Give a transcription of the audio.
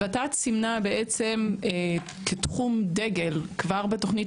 ות"ת סימנה כתחום דגל כבר בתוכנית